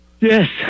Yes